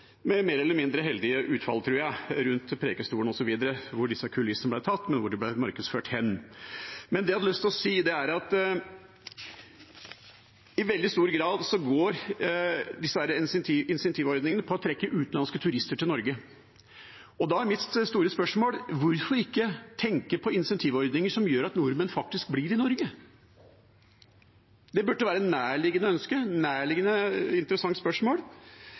med mer eller mindre heldig utfall. Det gjelder f.eks. hvordan Preikestolen ble brukt som kulisse, og markedsføringen av den. Men det jeg hadde lyst til å si, er at disse insentivordningene i veldig stor grad går ut på å trekke utenlandske turister til Norge. Da er mitt store spørsmål: Hvorfor ikke tenke på insentivordninger som gjør at nordmenn faktisk blir i Norge? Det burde være et nærliggende ønske, et nærliggende og interessant spørsmål.